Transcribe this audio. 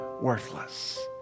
worthless